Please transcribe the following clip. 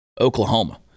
Oklahoma